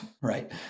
right